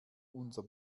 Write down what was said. unser